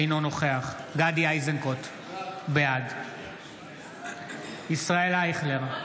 אינו נוכח גדי איזנקוט, בעד ישראל אייכלר,